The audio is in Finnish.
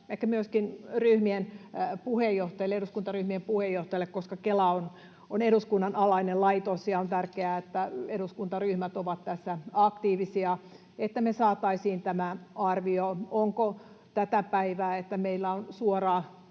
myöskin eduskuntaryhmien puheenjohtajille, koska Kela on eduskunnan alainen laitos ja on tärkeää, että eduskuntaryhmät ovat tässä aktiivisia, että me saataisiin tämä arvio. Onko tätä päivää, että meillä on suoraan